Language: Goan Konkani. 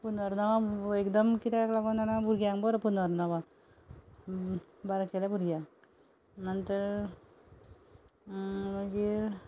पुनर्नवा म्हणून एकदम किद्याक लागोन जाणा भुरग्यांक बरो पुनर्नवा बारकेल्या भुरग्यांक नंतर मागीर